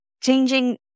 changing